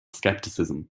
skepticism